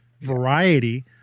variety